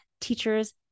teachers